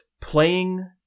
playing –